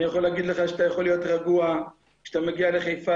אני יכול להגיד לך שאתה יכול להיות רגוע כשאתה מגיע לחיפה,